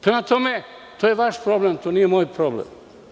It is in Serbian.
Prema tome, to je vaš problem, to nije moj problem.